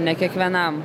ne kiekvienam